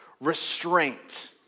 restraint